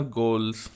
goals